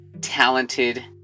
talented